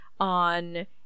On